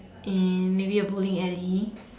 and maybe a bowling alley